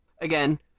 Again